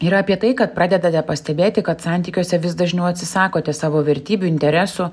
yra apie tai kad pradedate pastebėti kad santykiuose vis dažniau atsisakote savo vertybių interesų